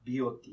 BOT